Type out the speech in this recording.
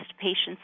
patient's